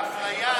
האפליה של,